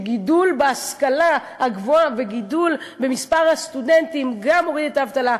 שגידול בהשכלה הגבוהה וגידול במספר הסטודנטים גם מוריד את האבטלה,